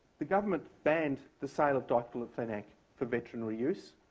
the government banned the sale of diclofenac for veterinary use,